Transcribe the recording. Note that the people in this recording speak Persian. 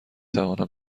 توانم